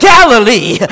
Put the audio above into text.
Galilee